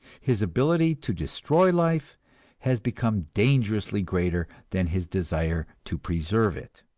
his ability to destroy life has become dangerously greater than his desire to preserve it.